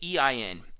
EIN